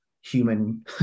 human